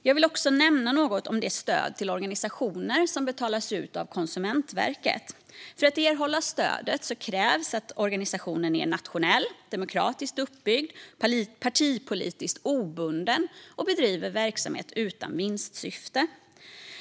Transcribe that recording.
Jag vill också nämna något om det stöd till organisationer som betalas ut av Konsumentverket. För att erhålla stödet krävs att organisationen är nationell, demokratiskt uppbyggd och partipolitiskt obunden och bedriver verksamhet utan vinstsyfte.